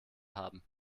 haben